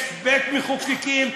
יש בית-מחוקקים,